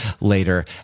later